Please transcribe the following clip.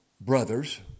brothers